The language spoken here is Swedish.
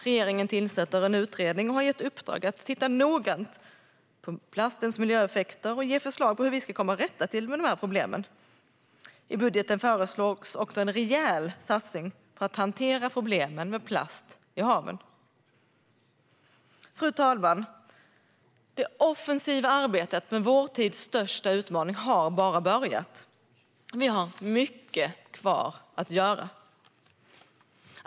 Regeringen tillsätter en utredning och har gett i uppdrag att titta noggrant på plastens miljöeffekter och ge förslag på hur vi ska komma till rätta med de här problemen. I budgeten föreslås också en rejäl satsning på att hantera problemen med plast i haven. Fru talman! Det offensiva arbetet med vår tids största utmaning har bara börjat. Vi har mycket kvar att göra.